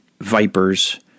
vipers